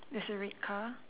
there's a red car